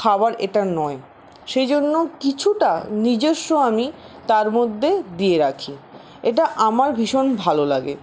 খাওয়ার এটা নয় সেই জন্য কিছুটা নিজস্ব আমি তার মধ্যে দিয়ে রাখি এটা আমার ভীষণ ভালো লাগে